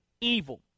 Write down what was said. evil